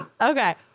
okay